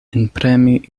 enpremi